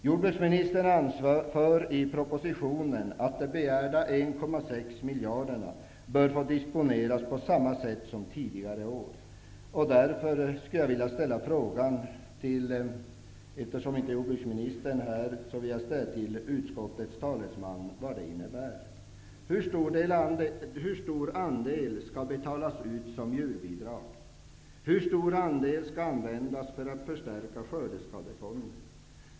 Jordbruksministern anför i propositionen att de begärda 1,6 miljarderna bör få disponeras på samma sätt som tidigare år. Eftersom inte jordbruksministern är här skulle jag vilja fråga utskottets talesman vad detta innebär. Hur stor andel skall betalas ut som djurbidrag? Hur stor andel skall användas för att förstärka Skördeskadefonden?